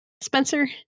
Spencer